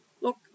look